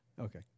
Okay